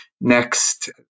next